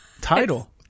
title